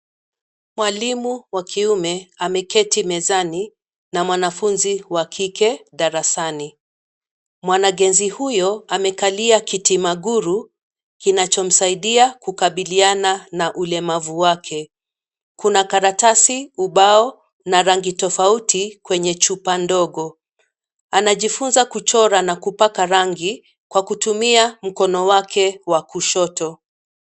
Mwalimu wa kiume ameketi mezani, na mwanafunzi wa kike darasani, mwanagenzi huyo amekalia kiti maguru, kinachomsiaidia kukabiliana na ulemavu wake, kuna karatasi, ubao na rangi tofauti kwenye chupa ndogo, anajifunza kuchora na kupaka rangi, kwa kutumia mkono wake wa kushoto.